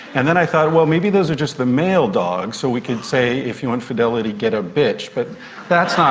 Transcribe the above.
and then i thought, well, maybe those are just the male dogs, so we could say if you want fidelity, get a bitch'. but that's ah